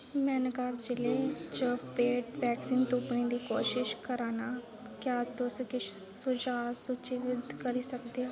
में नौगांव जि'ले च पेड वैक्सीन तुप्पने दी कोशश करा नां क्या तुस किश सुझाऽ सूचीबद्ध करी सकदे ओ